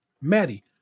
Maddie